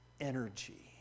energy